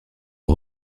aux